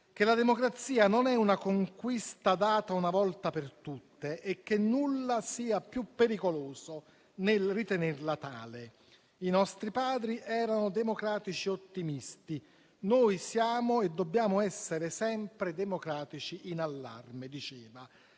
che la democrazia non è una conquista data una volta per tutte e che nulla sia più pericoloso nel ritenerla tale. Diceva inoltre che i nostri padri erano democratici ottimisti e che noi siamo e dobbiamo essere sempre democratici in allarme. La